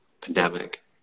pandemic